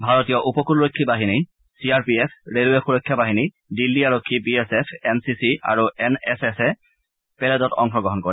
ভাৰতীয় উপকূলৰক্ষী বাহিনী চি আৰ পি এফ ৰেলৰে সূৰক্ষা বাহিনী দিল্লী আৰক্ষী B S F N C C আৰু এন এছ এছে পেৰেডত অংশ গ্ৰহণ কৰে